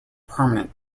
permanent